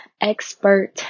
expert